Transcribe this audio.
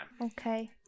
Okay